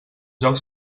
jocs